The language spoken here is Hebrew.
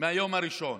מהיום הראשון.